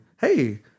hey